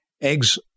eggs